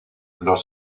los